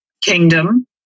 kingdom